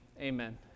amen